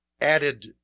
added